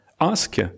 ask